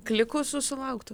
klikų susilauktų